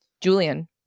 Julian